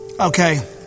Okay